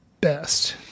best